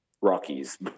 Rockies